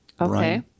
Okay